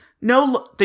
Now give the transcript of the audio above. No